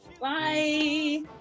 Bye